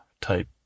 type